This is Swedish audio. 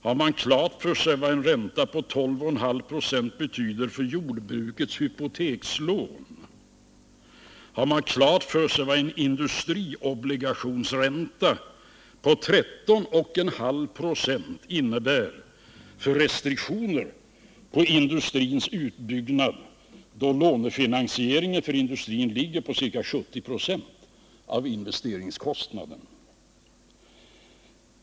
Har man klart för sig vad en ränta på 12,5 90 betyder för jordbrukets hypotekslån? Har man klart för sig vad en industriobligationsränta på 13,5 2 innebär för restriktioner på industrins utbyggnad, då lånefinansieringen för industrin ligger vid ca 70 96 av investeringskostnaderna?